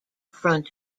front